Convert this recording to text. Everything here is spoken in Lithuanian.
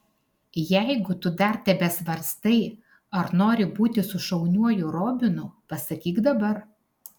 jeigu tu dar tebesvarstai ar nori būti su šauniuoju robinu pasakyk dabar